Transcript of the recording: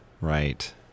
Right